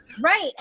Right